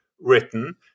written